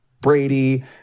Brady